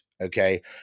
Okay